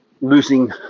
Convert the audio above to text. losing